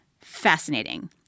fascinating